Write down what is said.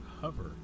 hover